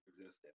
existed